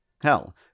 Hell